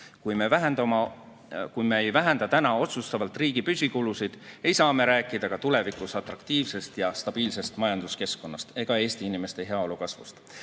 Kui me ei vähenda praegu otsustavalt riigi püsikulusid, siis ei saa me tulevikus rääkida atraktiivsest ja stabiilsest majanduskeskkonnast ega Eesti inimeste heaolu kasvust.